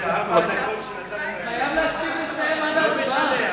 אתה חייב להספיק לסיים עד ההצבעה.